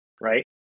right